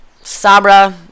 Sabra